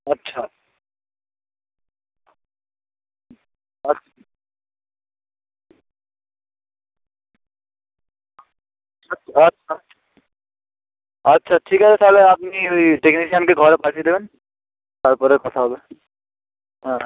আচ্ছা আছ আচ্ছা আচ্ছা আচ্ছা ঠিক আছে তাহলে আপনি ওই টেকনিশিয়ানকে ঘরে পাঠিয়ে দেবেন তারপরে কথা হবে হ্যাঁ